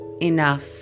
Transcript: enough